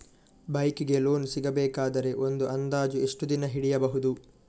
Bike ಗೆ loan ಸಿಗಬೇಕಾದರೆ ಒಂದು ಅಂದಾಜು ಎಷ್ಟು ದಿನ ಹಿಡಿಯಬಹುದು?